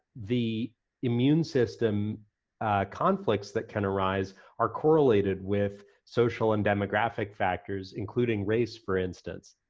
the immune system conflicts that can arise are correlated with social and demographic factors including race, for instance.